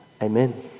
Amen